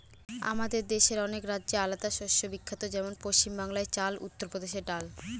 আমাদের দেশের অনেক রাজ্যে আলাদা শস্য বিখ্যাত যেমন পশ্চিম বাংলায় চাল, উত্তর প্রদেশে ডাল